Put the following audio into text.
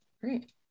great